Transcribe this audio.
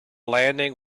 landing